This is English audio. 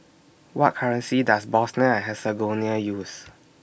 What currency Does Bosnia Herzegovina use